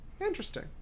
interesting